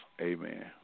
Amen